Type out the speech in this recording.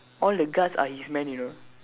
all the guards are his men you know